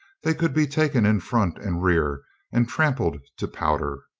they could be taken in front and rear and trampled to powder.